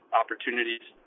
opportunities